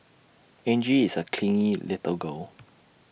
Angie is A clingy little girl